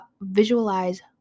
visualize